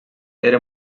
era